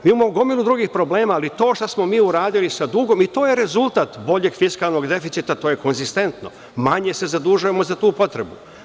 Imamo gomilu drugih problema, ali to što smo mi uradili sa dugom i to je rezultat boljeg fiskalnog deficita, to je konzistentno, manje se zadužujemo za tu potrebu.